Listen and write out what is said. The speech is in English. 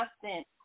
constant